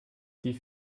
die